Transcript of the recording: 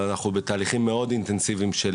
אבל אנחנו בתהליכים מאוד אינטנסיביים גם